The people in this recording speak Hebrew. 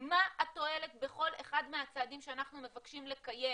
מה התועלת בכל אחד מהצעדים שאנחנו מבקשים לקיים